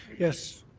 yes.